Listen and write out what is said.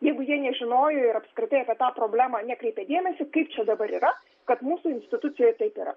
jeigu jie nežinojo ir apskritai apie tą problemą nekreipė dėmesio kaip čia dabar yra kad mūsų institucijoje taip yra